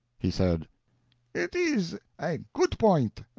he said it is a good point.